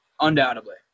undoubtedly